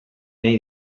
nahi